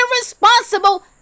irresponsible